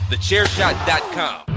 Thechairshot.com